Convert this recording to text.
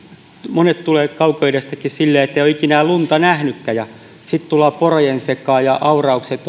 monet tulevat kaukoidästäkin sillä lailla että eivät ole ikinä lunta nähneetkään ja sitten kun tullaan porojen sekaan ja auraukset